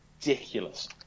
ridiculous